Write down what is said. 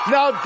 Now